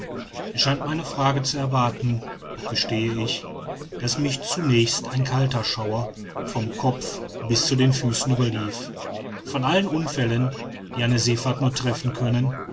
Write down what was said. er scheint meine frage zu erwarten doch gestehe ich daß mich zunächst ein kalter schauer vom kopf bis zu den füßen überlief von allen unfällen die eine seefahrt nur treffen können